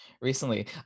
Recently